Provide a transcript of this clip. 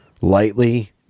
lightly